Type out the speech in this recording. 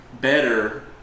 better